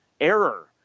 error